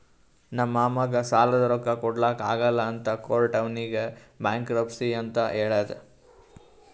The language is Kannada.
ನಮ್ ಮಾಮಾಗ್ ಸಾಲಾದ್ ರೊಕ್ಕಾ ಕೊಡ್ಲಾಕ್ ಆಗಲ್ಲ ಅಂತ ಕೋರ್ಟ್ ಅವ್ನಿಗ್ ಬ್ಯಾಂಕ್ರಪ್ಸಿ ಅಂತ್ ಹೇಳ್ಯಾದ್